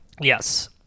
Yes